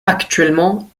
actuellement